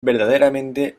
verdaderamente